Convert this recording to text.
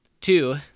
Two